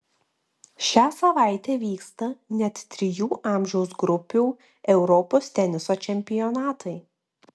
šią savaitę vyksta net trijų amžiaus grupių europos teniso čempionatai